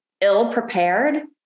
ill-prepared